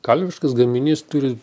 kalviškas gaminys turi